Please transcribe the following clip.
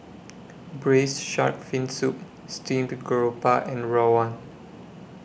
Braised Shark Fin Soup Steamed Garoupa and Rawon